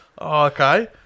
okay